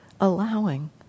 allowing